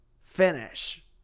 Finish